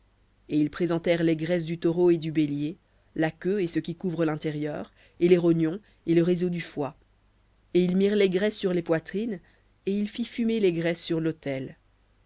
et les graisses du taureau et du bélier la queue et ce qui couvre et les rognons et le réseau du foie et ils mirent les graisses sur les poitrines et il fit fumer les graisses sur l'autel